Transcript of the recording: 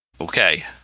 Okay